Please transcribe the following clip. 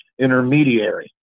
intermediary